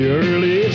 early